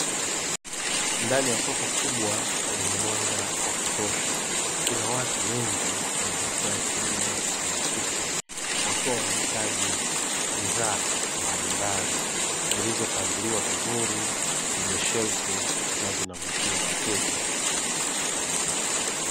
Ndani ya soko kubwa lenye mwanga wa kutosha kuna watu wengi wa jinsia ya kiume na ya kike, wakiwa wanahitaji bidhaa mbalimbali zilizopangiliwa vizuri kwenye shelfu na zinavutia wateja.